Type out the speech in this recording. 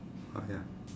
orh ya